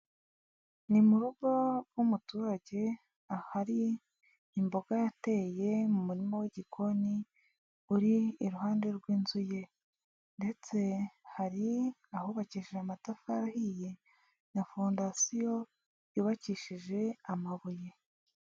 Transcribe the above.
Ni mu rugo rw'umuturage ahari imboga yateye mu murima w'igikoni uri iruhande rw'inzu ye ndetse hari ahubakishije amatafari ahiye na fondasiyo yubakishije amabuye.